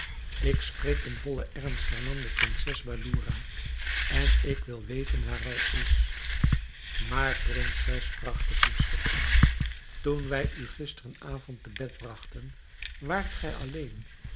ik spreek in vollen ernst hernam de prinses badoura en ik wil weten waar hij is maar prinses bragt de voedster in toen wij u gisteren avond te bed bragten waart gij alleen